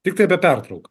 tiktai apie pertrauk